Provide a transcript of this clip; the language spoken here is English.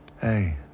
Hey